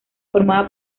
formaba